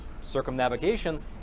circumnavigation